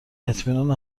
اطمینان